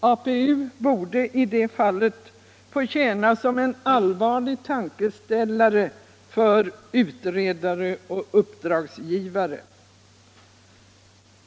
APU borde i det fallet få tjäna som en allvarlig tankeställare för utredare och uppdragsgivare.